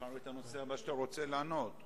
תבחר את הנושא הבא שאתה רוצה לענות עליו.